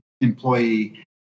employee